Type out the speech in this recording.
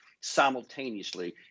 simultaneously